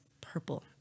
purple